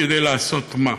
כדי לעשות מה?